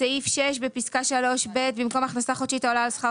בסעיף 6 בפסקה (3)(ב) במקום הכנסה חודשית העולה על שכר